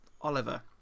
Oliver